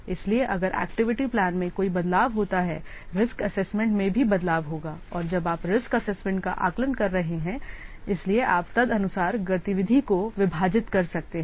इसलिए अगर activity plan में कोई बदलाव होता है रिस्क एसेसमेंट में भी बदलाव होगा और जब आप रिस्क एसेसमेंट का आकलन कर रहे हैं इसलिए आप तदनुसार एक्टिविटी प्लानको विभाजित कर सकते हैं